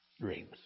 dreams